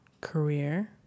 career